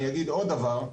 אני אגיד עוד דבר.